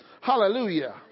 Hallelujah